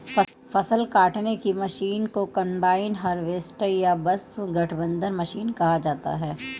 फ़सल काटने की मशीन को कंबाइन हार्वेस्टर या बस गठबंधन मशीन कहा जाता है